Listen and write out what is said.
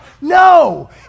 No